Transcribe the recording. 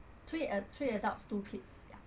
three uh three adults two kids ya